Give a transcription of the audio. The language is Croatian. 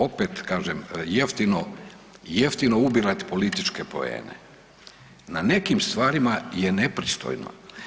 Opet kažem jeftino, jeftino ubirati političke poene na nekim stvarima je nepristojno.